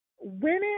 women